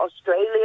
Australia